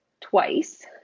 twice